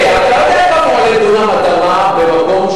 יודע, אולי תעזור לי, אולי תגיד וייגמר הוויכוח.